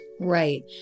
Right